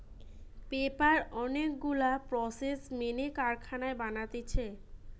paper অনেক গুলা process মেনে কারখানায় বানাতিছে